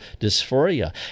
dysphoria